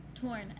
torn